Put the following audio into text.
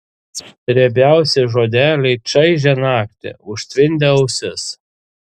riebiausi žodeliai čaižė naktį užtvindė ausis